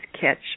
catch